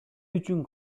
үчүн